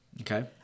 Okay